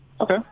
Okay